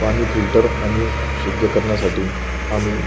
पाणी फिल्टर आणि शुद्ध करण्यासाटी आम्ही